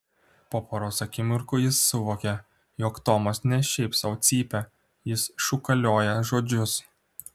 po poros akimirkų jis suvokė jog tomas ne šiaip sau cypia jis šūkalioja žodžius